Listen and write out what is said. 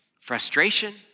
frustration